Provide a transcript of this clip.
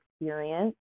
experience